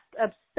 obsessed